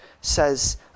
says